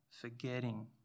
forgetting